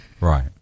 right